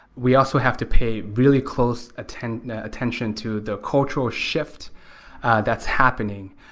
we also have to pay really close attention ah attention to the cultural shift that's happening.